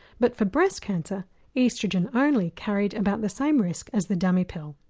but for breast cancer the oestrogen only carried about the same risk as the dummy pill,